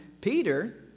Peter